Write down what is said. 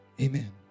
Amen